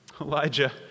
Elijah